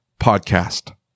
podcast